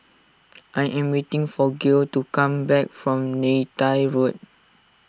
I am waiting for Gail to come back from Neythai Road